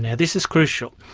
yeah this is crucial,